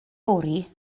fory